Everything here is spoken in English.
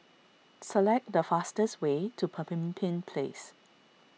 select the fastest way to Pemimpin Place